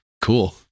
cool